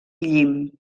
llim